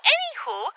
Anywho